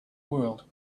world